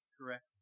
correctly